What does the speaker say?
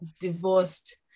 divorced